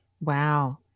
Wow